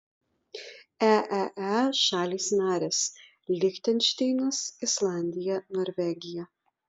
eee šalys narės lichtenšteinas islandija norvegija